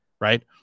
right